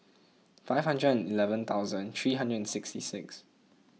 five hundred eleven thousand three hundred sixty six